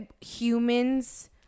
humans